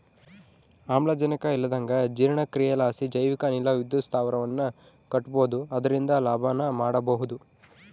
ಆಮ್ಲಜನಕ ಇಲ್ಲಂದಗ ಜೀರ್ಣಕ್ರಿಯಿಲಾಸಿ ಜೈವಿಕ ಅನಿಲ ವಿದ್ಯುತ್ ಸ್ಥಾವರವನ್ನ ಕಟ್ಟಬೊದು ಅದರಿಂದ ಲಾಭನ ಮಾಡಬೊಹುದು